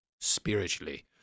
spiritually